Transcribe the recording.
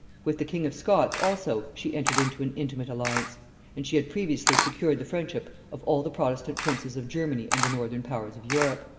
with the king of scots also she entered into an intimate alliance and she had previously secured the friendship of all the protestant princes of germany and the northern powers of europe.